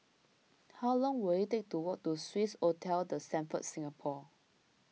how long will it take to walk to Swissotel the Stamford Singapore